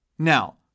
Now